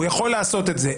הוא יכול לעשות את זה.